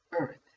earth